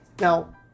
Now